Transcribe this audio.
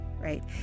right